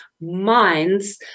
minds